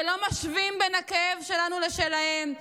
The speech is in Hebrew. ולא משווים בין הכאב שלנו לשלהן.